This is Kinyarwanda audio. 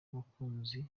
mukunzi